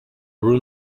room